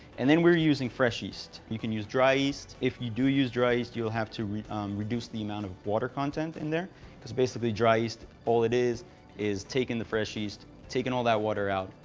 and then we're using fresh yeast. you can use dry yeast. if you do use dry yeast, you'll have to reduce the amount of water content in there because basically dry yeast, all it is is taking the fresh yeast, taking all that water out,